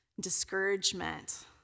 discouragement